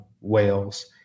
Wales